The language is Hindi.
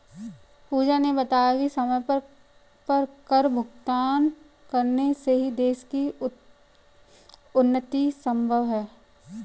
पूजा ने बताया कि समय पर कर भुगतान करने से ही देश की उन्नति संभव है